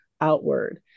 outward